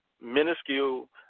minuscule